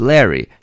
Larry